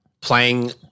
playing